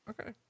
okay